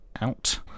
out